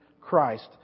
Christ